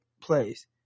plays